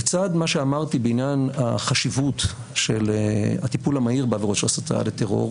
לצד מה שאמרתי בעניין החשיבות של הטיפול המהיר בעבירות